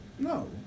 No